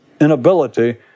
inability